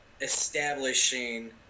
establishing